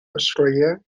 australia